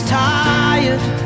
tired